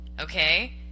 Okay